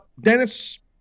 Dennis